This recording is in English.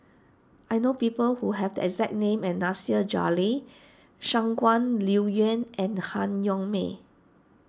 I know people who have the exact name and Nasir Jalil Shangguan Liuyun and Han Yong May